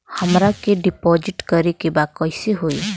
हमरा के डिपाजिट करे के बा कईसे होई?